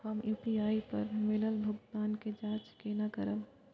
हम यू.पी.आई पर मिलल भुगतान के जाँच केना करब?